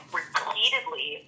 repeatedly